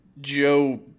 Joe